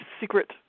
secret